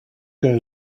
que